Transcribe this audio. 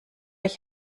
ich